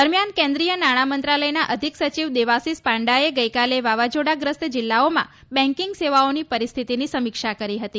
દરમિયાન કેન્દ્રીય નાણામંત્રાલયન અધિક સચિવ દેવાસીસ પાંડાએ ગઇકાલે વાવાઝોડાગ્રસ્ત જિલ્લાઓમાં બેન્કિંગ સેવાઓની પરિસ્થિતિની સમીક્ષા કરી હતી